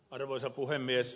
arvoisa puhemies